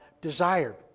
desired